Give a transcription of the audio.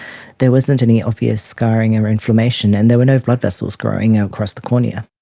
there wasn't any obvious scarring and or inflammation and there were no blood vessels growing ah across the cornea.